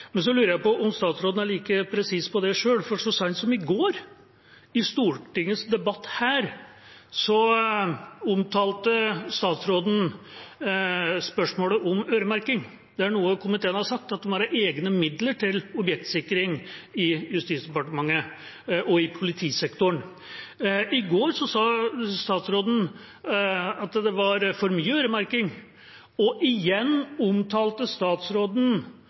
Men så lurer jeg på om statsråden er like presis på dette selv, for så seint som i går, i Stortingets debatt her, omtalte statsråden spørsmålet om øremerking – det er noe komiteen har sagt, at det må være egne midler til objektsikring i Justisdepartementet og i politisektoren. I går sa statsråden at det var for mye øremerking, og igjen omtalte statsråden